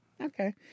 Okay